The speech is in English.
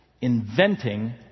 Inventing